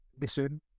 listen